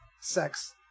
sex